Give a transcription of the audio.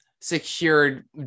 secured